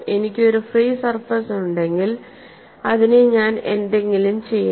എനിക്ക് ഒരു free surface ഉണ്ടെങ്കിൽ അതിനെ ഞാൻ എന്തെങ്കിലും ചെയ്യണം